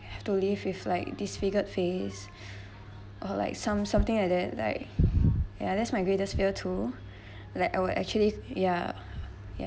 you have to live with like disfigured face or like some something like that like ya that's my greatest fear too like I will actually ya ya